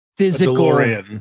physical